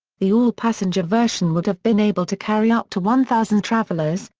the all-passenger version would have been able to carry up to one thousand travelers,